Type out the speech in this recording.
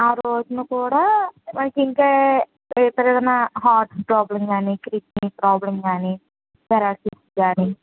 ఆ రోజున కూడా వాళ్లకి ఇంకా ఇతరిమైనా హార్ట్ ప్రాబ్లం కాని కిడ్నీ ప్రాబ్లం కాని పెరాలసిస్ కానీ